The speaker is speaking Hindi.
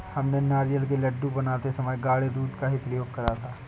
हमने नारियल के लड्डू बनाते समय गाढ़े दूध का ही प्रयोग करा था